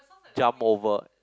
jump over